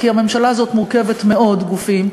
כי הממשלה הזו מורכבת מעוד גופים,